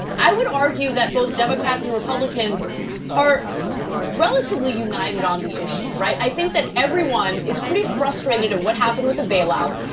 i would argue that both democrats and republicans are relatively united on the issue. i think that everyone is pretty frustrated at what happened with the bailouts.